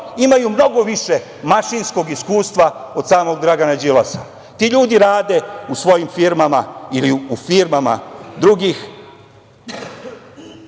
imaju mnogo više mašinskog iskustva od samog Dragana Đilasa. Ti ljudi rade u svojim firmama ili u firmama drugih,